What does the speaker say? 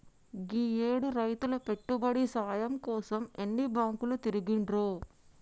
గీయేడు రైతులు పెట్టుబడి సాయం కోసం ఎన్ని బాంకులు తిరిగిండ్రో